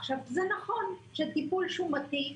עכשיו, זה נכון שטיפול שומתי,